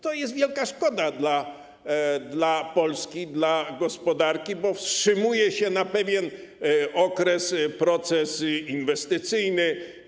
To jest wielka szkoda dla Polski, dla gospodarki, bo wstrzymuje się na pewien okres proces inwestycyjny.